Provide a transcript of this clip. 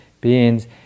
beings